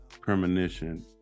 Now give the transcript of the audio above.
premonition